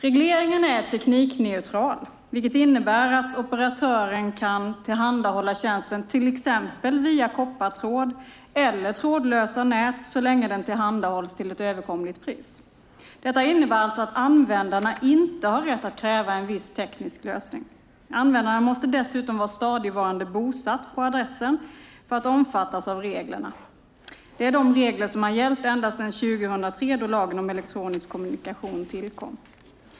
Regleringen är teknikneutral, vilket innebär att operatören kan tillhandahålla tjänsten till exempel via koppartråd eller trådlösa nät så länge den tillhandahålls till ett överkomligt pris. Detta innebär alltså att användarna inte har rätt att kräva en viss teknisk lösning. Användaren måste dessutom vara stadigvarande bosatt på adressen för att omfattas av reglerna. Det är de regler som gällt sedan 2003 då lagen om elektronisk kommunikation tillkom.